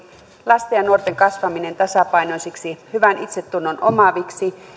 lasten ja nuorten kasvaminen tasapainoisiksi hyvän itsetunnon omaaviksi